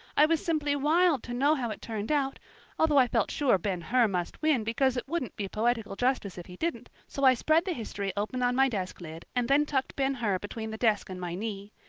i was simply wild to know how it turned out although i felt sure ben hur must win, because it wouldn't be poetical justice if he didn't so i spread the history open on my desk lid and then tucked ben hur between the desk and my knee.